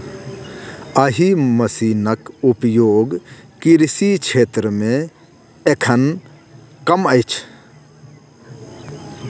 एहि मशीनक उपयोग कृषि क्षेत्र मे एखन कम अछि